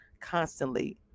constantly